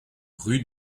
rue